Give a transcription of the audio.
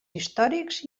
històrics